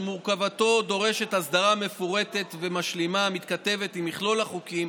מורכבותו דורשת הסדרה מפורטת ומשלימה המתכתבת עם מכלול החוקים